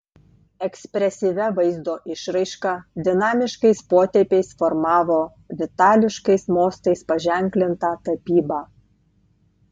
ekspresyvia vaizdo išraiška dinamiškais potėpiais formavo vitališkais mostais paženklintą tapybą